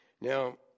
Now